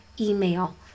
email